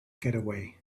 getaway